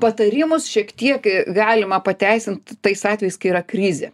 patarimus šiek tiek galima pateisint tais atvejais kai yra krizė